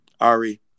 Ari